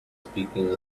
speaking